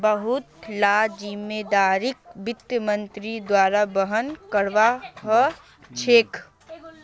बहुत ला जिम्मेदारिक वित्त मन्त्रीर द्वारा वहन करवा ह छेके